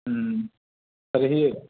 तर्हि